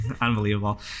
Unbelievable